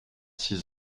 six